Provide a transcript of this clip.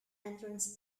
entrance